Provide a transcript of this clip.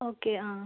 okay ആ